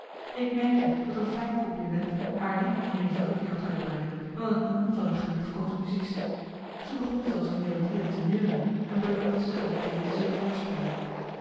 ik merkte dat een fijn compliment haar niet meer in verrukking had kunnen brengen dan het noemen van een geliefkoosd muziekstuk zij begon zelfs de melodieën te neurieën en beloofde ze aan de thee te zullen voorspelen